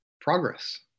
progress